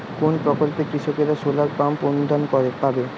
কোন প্রকল্পে কৃষকরা সোলার পাম্প অনুদান পাবে?